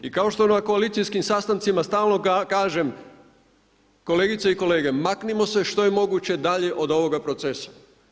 I kao što na koalicijskim sastancima stalno kažem, kolegice i kolege maknimo se što je moguće dalje od ovoga procesa.